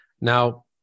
Now